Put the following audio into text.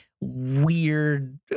weird